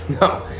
No